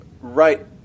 right